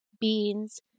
beans